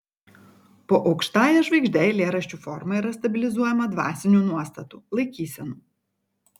po aukštąja žvaigžde eilėraščių forma yra stabilizuojama dvasinių nuostatų laikysenų